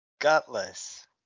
Gutless